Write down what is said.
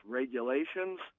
regulations